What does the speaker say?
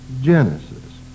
Genesis